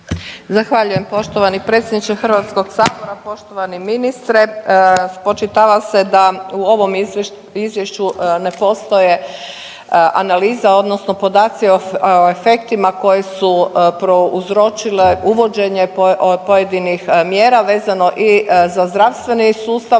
Zahvaljujem poštovani predsjedniče HS-a, poštovani ministre. Spočitava se da u ovom Izvješću ne postoje analiza, odnosno podaci o efektima koji su prouzročile uvođenje pojedinih mjera vezano i za zdravstveni sustav,